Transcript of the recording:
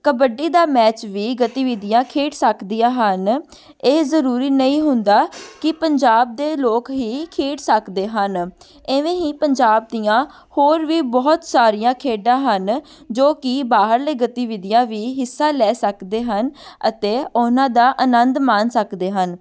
ਕਬੱਡੀ ਦਾ ਮੈਚ ਵੀ ਗਤੀਵਿਧੀਆਂ ਖੇਡ ਸਕਦੀਆਂ ਹਨ ਇਹ ਜ਼ਰੂਰੀ ਨਹੀਂ ਹੁੰਦਾ ਕਿ ਪੰਜਾਬ ਦੇ ਲੋਕ ਹੀ ਖੇਡ ਸਕਦੇ ਹਨ ਇਵੇਂ ਹੀ ਪੰਜਾਬ ਦੀਆਂ ਹੋਰ ਵੀ ਬਹੁਤ ਸਾਰੀਆਂ ਖੇਡਾਂ ਹਨ ਜੋ ਕਿ ਬਾਹਰਲੇ ਗਤੀਵਿਧੀਆਂ ਵੀ ਹਿੱਸਾ ਲੈ ਸਕਦੇ ਹਨ ਅਤੇ ਉਹਨਾਂ ਦਾ ਆਨੰਦ ਮਾਣ ਸਕਦੇ ਹਨ